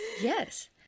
Yes